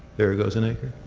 there goes an acre.